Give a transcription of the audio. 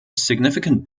significant